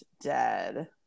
dead